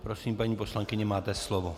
Prosím, paní poslankyně, máte slovo.